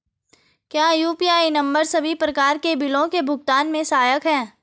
क्या UPI number सभी प्रकार के बिलों के भुगतान में सहायक हैं?